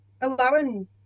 allowing